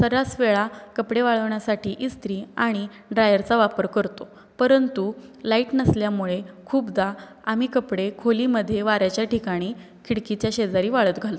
सर्रासवेळा कपडे वाळवण्यासाठी इस्त्री आणि ड्रायरचा वापर करतो परंतु लाईट नसल्यामुळे खूपदा आम्ही कपडे खोलीमध्ये वाऱ्याच्या ठिकाणी खिडकीच्या शेजारी वाळत घालतो